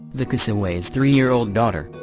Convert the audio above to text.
the cassaway's three-year-old daughter,